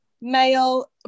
male